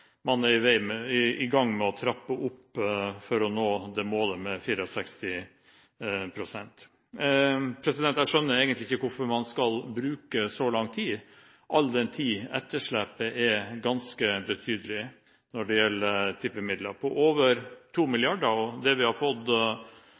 man er i gang med å trappe opp for å nå målet på 64 pst. Jeg skjønner egentlig ikke hvorfor man skal bruke så lang tid, all den tid etterslepet er ganske betydelig når det gjelder tippemidler – på over